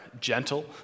gentle